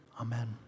Amen